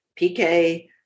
PK